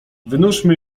wynurzymy